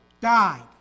died